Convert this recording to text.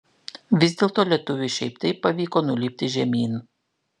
vis dėlto lietuviui šiaip taip pavyko nulipti žemyn